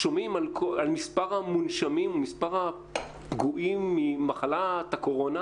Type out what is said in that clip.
שומעים על מספר המונשמים ומספר הפגועים ממחלת הקורונה,